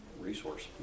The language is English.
Resource